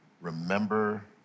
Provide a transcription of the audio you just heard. Remember